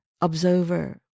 observer